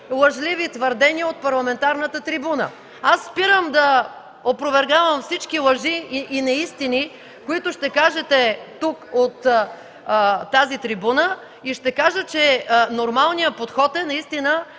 лъжливи твърдения от парламентарната трибуна. Спирам да опровергавам всички лъжи и неистини, които ще кажете тук, от тази трибуна, и ще кажа, че нормалният подход е тези,